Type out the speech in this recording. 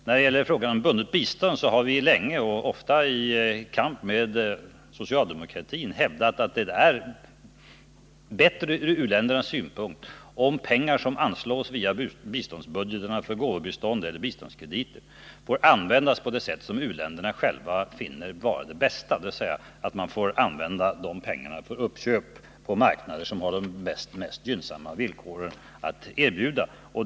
När det gäller bundet bistånd har vi länge och ofta i kamp med socialdemokratin hävdat att det är fördelaktigast från u-ländernas synpunkt om de pengar som anslås via biståndsbudgeten för gåvobistånd eller biståndskrediter får användas på det sätt som u-länderna själva finner bäst, dvs. för uppköp på marknader som har de mest gynnsamma villkoren att erbjuda.